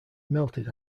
melted